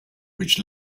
which